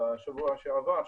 בשבוע שעבר,